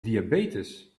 diabetes